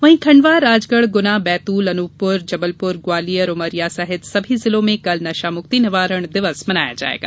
वहीं खंडवा राजगढ़ गुना बैतूल अनूपपुर जबलपुर ग्वालियर उमरिया सहित सभी जिलों में कल नशामुक्ति निवारण दिवस मनाया जाएगा